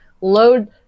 load